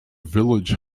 village